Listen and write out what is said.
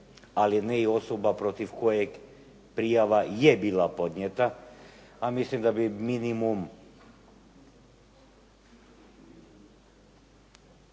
ali ne i osoba protiv kojeg prijava je bila podnijeta, a mislim da bi minimum